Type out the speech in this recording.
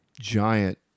giant